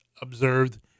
observed